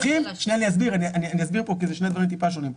אני אסביר פה כי זה שני דברים טיפה שונים.